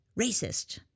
racist